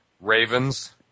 Ravens